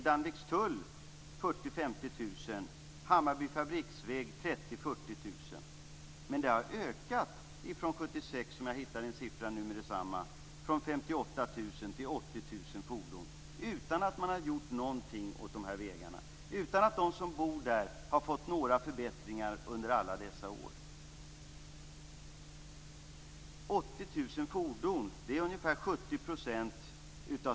Men trafikmängden har från 1976 och fram till nu ökat från 58 000 till 80 000 fordon utan att man har gjort någonting åt dessa vägar och utan att de som bor där har fått några förbättringar under alla dessa år.